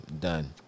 Done